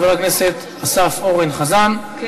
חבר הכנסת אסף אורן חזן,